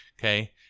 okay